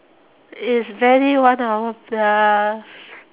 it's barely one hour plus